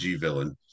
villain